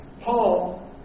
Paul